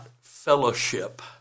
fellowship